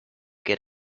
get